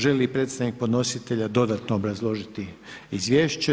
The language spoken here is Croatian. Želi li predstavnik podnositelja dodatno obrazložiti izvješće?